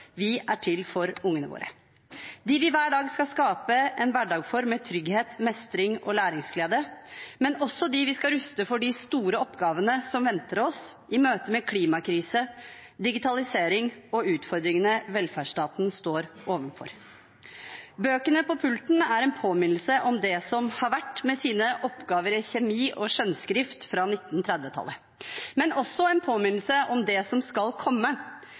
Vi er til for ungene våre, dem vi hver dag skal skape en hverdag for med trygghet, mestring og læringsglede, men også dem vi skal ruste for de store oppgavene som venter oss, i møte med klimakrise, digitalisering og utfordringene velferdsstaten står overfor. Bøkene på pulten er en påminnelse om det som har vært, med sine oppgaver i kjemi og skjønnskrift fra 1930-tallet, men også en påminnelse om det som skal komme.